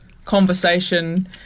conversation